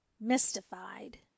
mystified